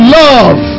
love